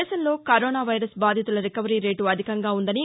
దేశంలో corona virus బాధితుల recovery rate అధికంగా ఉందని